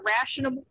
rational